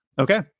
Okay